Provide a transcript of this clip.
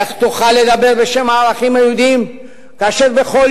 איך תוכל לדבר בשם הערכים היהודיים כאשר בכל